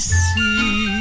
see